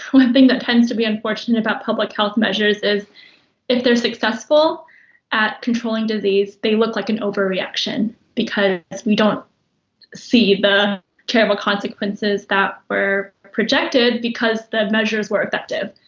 one thing that tends to be unfortunate about public health measures is if they are successful at controlling disease, they look like an overreaction because we don't see the terrible consequences that were projected because the measures were effective.